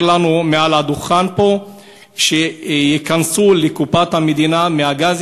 לנו מעל הדוכן פה שייכנסו לקופת המדינה מהגז,